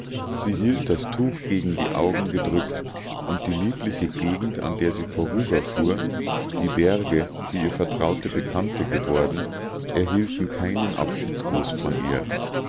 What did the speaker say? sie hielt das tuch gegen die augen gedrückt und die liebliche gegend an der sie vorüberfuhr die berge die ihr vertraute bekannte geworden erhielten keinen abschiedsgruß von ihr